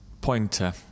pointer